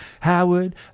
Howard